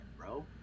bro